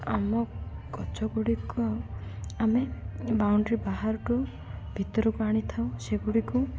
ଆମ ଗଛଗୁଡ଼ିକ ଆମେ ବାଉଣ୍ଡରୀ ବାହାରଠୁ ଭିତରକୁ ଆଣିଥାଉ ସେଗୁଡ଼ିକୁ